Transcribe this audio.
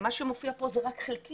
מה שמופיע פה זה רק חלקי,